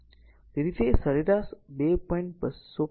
તેથી તે સરેરાશ 2